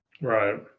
Right